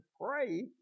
Pray